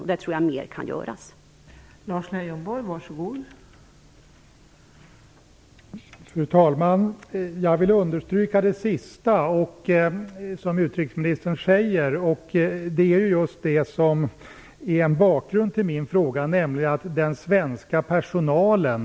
Jag tror att mera kan göras på det området.